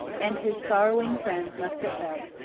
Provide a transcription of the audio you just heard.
and his sorrowing friends must have felt,